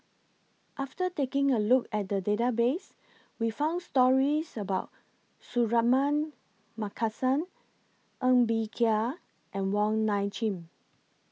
after taking A Look At The Database We found stories about Suratman Markasan Ng Bee Kia and Wong Nai Chin